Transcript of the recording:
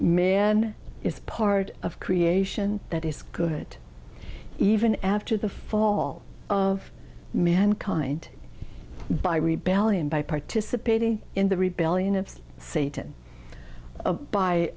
man is part of creation that is good even after the fall of mankind by rebellion by participating in the rebellion of satan